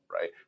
right